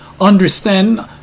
understand